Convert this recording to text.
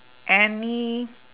any